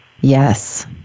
Yes